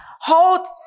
hold